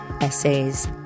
essays